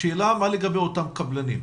השאלה מה לגבי אותם קבלנים.